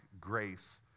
grace